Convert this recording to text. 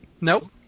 nope